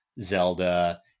Zelda